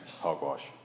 Hogwash